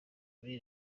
muri